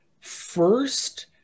first